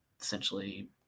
essentially